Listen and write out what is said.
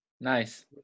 Nice